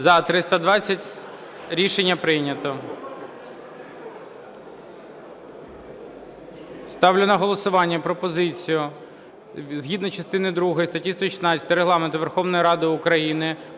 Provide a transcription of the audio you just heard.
За-320 Рішення прийнято. Ставлю на голосування пропозицію згідно частини другої статті 116 Регламенту Верховної Ради України